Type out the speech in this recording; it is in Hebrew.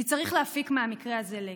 כי צריך להפיק מהמקרה הזה לקח.